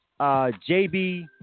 JB